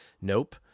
Nope